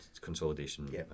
consolidation